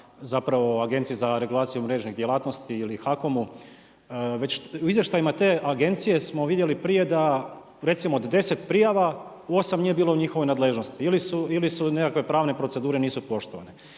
zapravo Agencija za regulaciju mrežnih djelatnosti ili HAKOM-u. Već u izvještajima te agencije smo vidjeli prije da recimo do 10 prijava 8 nije bilo u njihovoj nadležnosti ili su nekakve pravne procedure nisu poštovane.